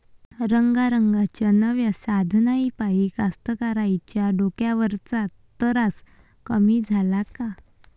रंगारंगाच्या नव्या साधनाइपाई कास्तकाराइच्या डोक्यावरचा तरास कमी झाला का?